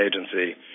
Agency